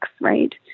Right